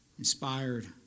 inspired